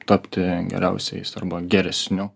tapti geriausiais arba geresniu